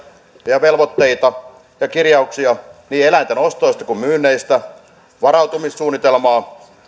ja velvoitteita ja kirjauksia niin eläinten ostoista kuin myynneistä on varautumissuunnitelmaa